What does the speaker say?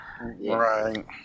Right